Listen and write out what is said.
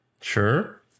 Sure